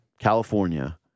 California